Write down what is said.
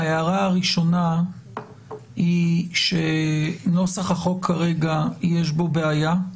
ההערה הראשונה היא שבנוסח החוק כרגע יש בעיה.